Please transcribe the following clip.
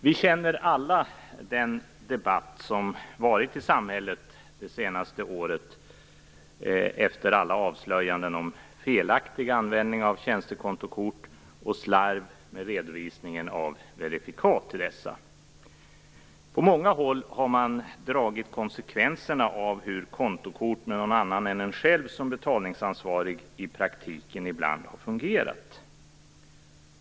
Vi känner alla till den debatt som förts i samhället under det senaste året efter alla avslöjanden om felaktig användning av tjänstekontokort och slarv med redovisningen av verifikat till dessa. På många håll har man dragit konsekvenserna av hur kontokort med någon annan än en själv som betalningsansvarig i praktiken ibland har fungerat.